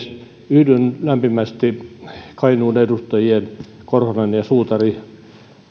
yhdyn lämpimästi kainuun edustajien korhosen ja suutarin